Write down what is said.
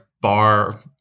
bar